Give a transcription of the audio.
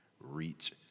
reach